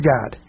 God